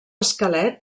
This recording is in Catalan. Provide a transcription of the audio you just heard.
esquelet